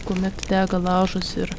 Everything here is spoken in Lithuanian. kuomet dega laužas ir